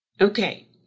Okay